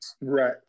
Right